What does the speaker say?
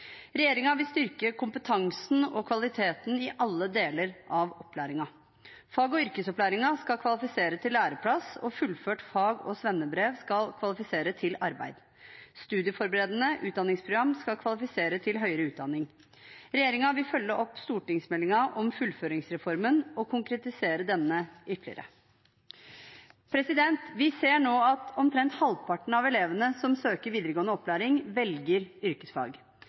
vil styrke kompetansen og kvaliteten i alle deler av opplæringen. Fag- og yrkesopplæringen skal kvalifisere til læreplass, og fullført fag- og svennebrev skal kvalifisere til arbeid. Studieforberedende utdanningsprogram skal kvalifisere til høyere utdanning. Regjeringen vil følge opp stortingsmeldingen om fullføringsreformen og konkretisere denne ytterligere. Vi ser nå at omtrent halvparten av elevene som søker videregående opplæring, velger yrkesfag.